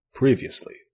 Previously